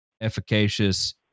efficacious